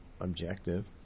objective